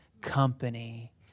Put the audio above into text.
company